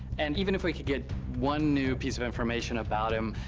and even if we can get one new piece of information about him,